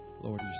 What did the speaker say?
Lord